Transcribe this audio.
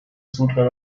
zutritt